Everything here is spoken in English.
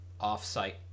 off-site